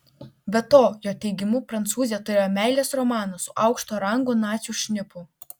be to jo teigimu prancūzė turėjo meilės romaną su aukšto rango nacių šnipu